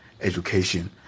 education